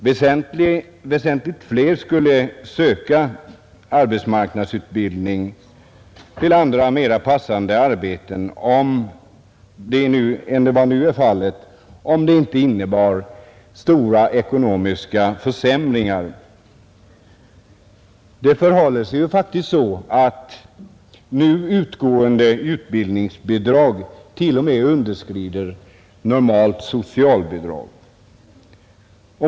Väsentligt fler skulle säkert söka arbetsmarknadsutbildning till andra och mera passande arbeten än vad som nu är fallet, om detta inte innebar stora ekonomiska försämringar. Det förhåller sig faktiskt så, att nu utgående utbildningsbidrag t.o.m. underskrider normalt socialbidrag.